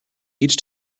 each